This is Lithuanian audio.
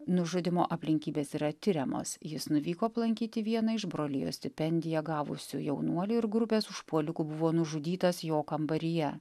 nužudymo aplinkybės yra tiriamos jis nuvyko aplankyti vieną iš brolijos stipendiją gavusių jaunuolių ir grupės užpuolikų buvo nužudytas jo kambaryje